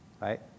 Right